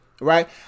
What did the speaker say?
Right